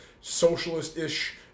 socialist-ish